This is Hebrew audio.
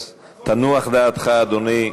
אז תנוח דעתך, אדוני.